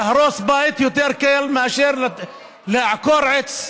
להרוס בית יותר קל מאשר לעקור עץ.